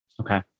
Okay